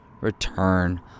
return